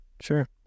sure